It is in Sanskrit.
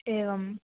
एवं